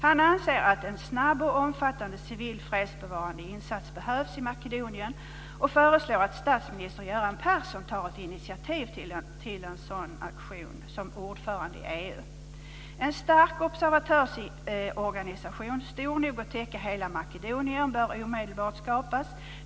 Han anser att en snabb och omfattande civil fredsbevarande insats behövs i Makedonien och föreslår att statsminister Göran Persson tar initiativ till en sådan aktion som ordförande i EU. En stark observatörsorganisation, stor nog att täcka hela Makedonien, bör omedelbart skapas.